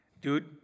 Dude